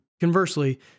conversely